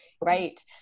Right